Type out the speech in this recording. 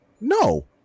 No